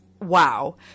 wow